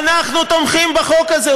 אנחנו תומכים בחוק הזה,